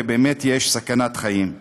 ובאמת יש סכנת חיים.